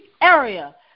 area